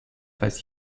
phase